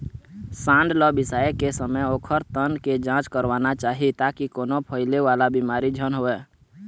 सांड ल बिसाए के समे ओखर तन के जांच करवाना चाही ताकि कोनो फइले वाला बिमारी झन होवय